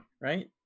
right